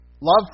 love